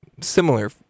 similar